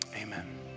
amen